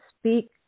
speak